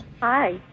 Hi